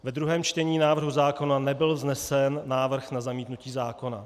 Ve druhém čtení návrhu zákona nebyl vznesen návrh na zamítnutí zákona.